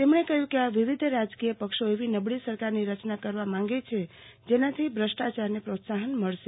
તેમણે કહ્યું કે આ વિવિધ રાજકીય પક્ષો એવી નબળી સરકારની રચના કરવા ચાહે છે જેનાથી ભ્રષ્ટાચારને પ્રોત્સાહન મળશે